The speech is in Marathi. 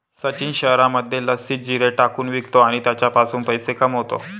सचिन शहरामध्ये लस्सीत जिरे टाकून विकतो आणि त्याच्यापासून पैसे कमावतो